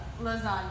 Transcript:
lasagna